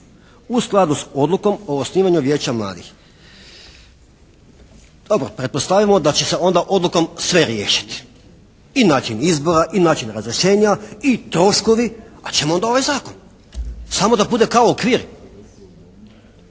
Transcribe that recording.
u skladu s odlukom o osnivanju Vijeća mladih". Dobro, pretpostavimo da će se onda odlukom sve riješiti. I način izbora, i način razrješenja, i troškovi, a čemu onda ovaj Zakon? Samo da bude kao okvir.